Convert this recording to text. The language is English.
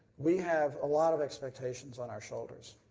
we have a lot of expectations on our shoulders.